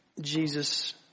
Jesus